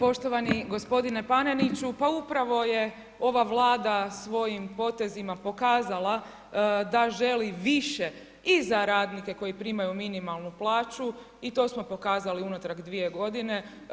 Poštovani gospodine Paneniću, pa upravo je ova Vlada svojim potezima pokazala da želi više i za radnike koji primaju minimalnu plaću i to smo pokazali unatrag dvije godine.